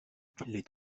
les